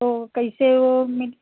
तो कैसे वो मिली